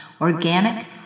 Organic